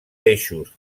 eixos